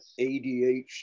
ADHD